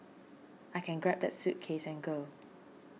I can grab that suitcase and go